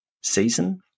season